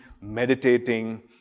meditating